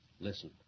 Listen